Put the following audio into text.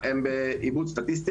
בעיבוד סטטיסטי.